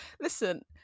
listen